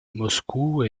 moscou